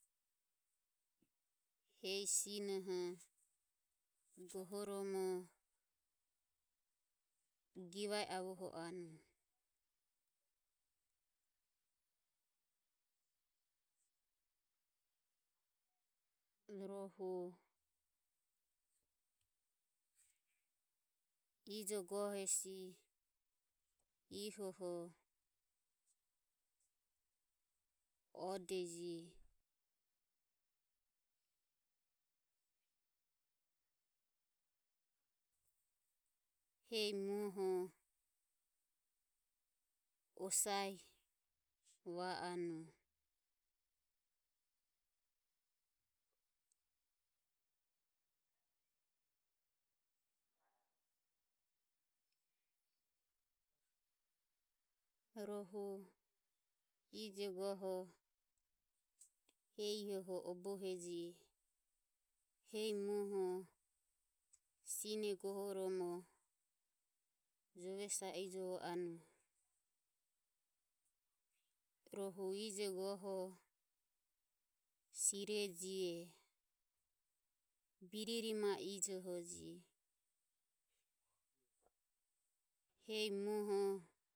Hehi sinoho goho romo givae avoho anue, rohu ijo go hesi ihoho Odeji hehi muoho osae va anue rohu ijo goho hehi ihoho Oboheji hehi muoho sinoho goho romo jove sa ejovo anue. Rohu ijo goho sireje biririma e ijoho je hehi muoho.